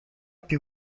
più